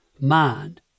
mind